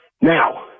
Now